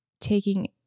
taking –